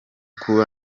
kuba